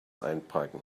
einparken